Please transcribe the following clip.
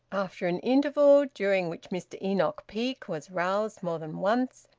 after an interval, during which mr enoch peake was roused more than once,